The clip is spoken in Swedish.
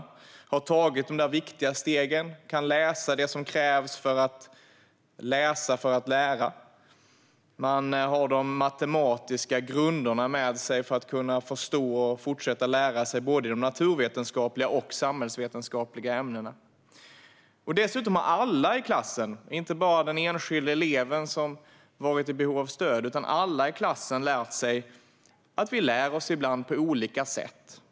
Eleven har tagit de viktiga stegen, kan läsa det som krävs för att lära och har de matematiska grunderna med sig för att kunna förstå och fortsätta lära sig i både de naturvetenskapliga och de samhällsvetenskapliga ämnena. Dessutom har alla i klassen, inte bara den enskilde eleven som varit i behov av stöd, lärt sig att vi ibland lär oss på olika sätt.